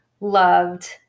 loved